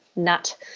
nut